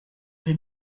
vais